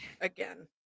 again